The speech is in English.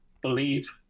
believe